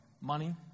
money